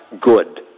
good